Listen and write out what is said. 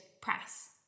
press